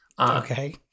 okay